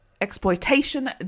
exploitation